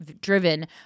driven